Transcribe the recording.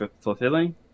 fulfilling